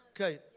Okay